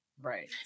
Right